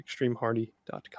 ExtremeHardy.com